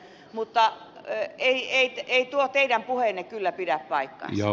mutta ei tuo teidän puheenne kyllä pidä paikkaansa